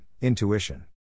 intuition